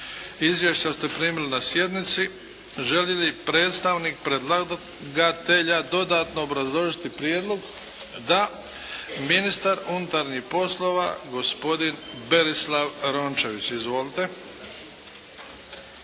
Izvješća ste primili na sjednici. Želi li predstavnik predlagatelja dodatno obrazložiti prijedlog? Da. Ministar unutarnjih poslova gospodin Berislav Rončević. Izvolite.